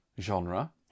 genre